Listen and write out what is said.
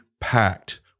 packed